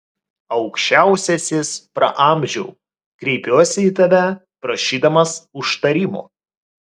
aukščiausiasis praamžiau kreipiuosi į tave prašydamas užtarimo